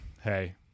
hey